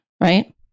right